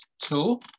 Two